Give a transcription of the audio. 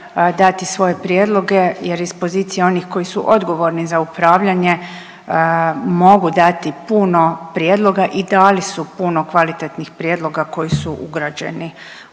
dati svoje prijedloge jer iz pozicije onih koji su odgovorni za upravljanje mogu dati puno prijedloga i dali su puno kvalitetnih prijedloga koji su ugrađeni u